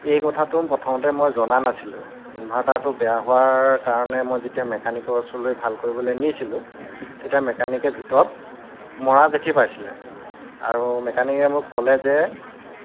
এই কথাটো প্ৰথমতে মই জনা নাছিলোঁ ইনভাৰ্টাৰটো বেয়া হোৱাৰ কাৰণে মই যেতিয়া মেকানিকৰ ওচৰলৈ ভাল কৰিবলৈ নিছিলোঁ তেতিয়া মেকানিকে ভিতৰত মৰা জেঠী পাইছিলে আৰু মেকানিকে মোক ক'লে যে